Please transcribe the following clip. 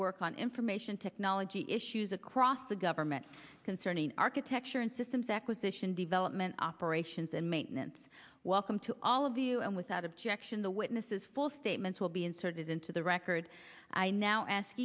work on information technology issues across the government concerning architecture and systems acquisition development operations and maintenance welcome to all of you and without objection the witness is full statements will be inserted into the record i now ask